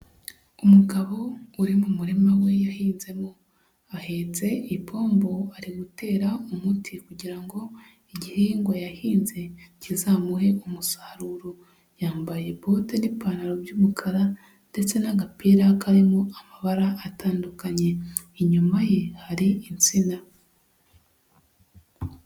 Umugabo uri mu murima we yahinzemo, ahetse ipombo ari gutera umuti kugira ngo igihingwa yahinze kizamuhe umusaruro, yambaye bote n'ipantaro by'umukara ndetse n'agapira karimo amabara atandukanye, inyuma ye hari insina.